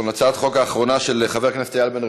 ראשונה ותוחזר לוועדת העבודה,